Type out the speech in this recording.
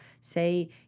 say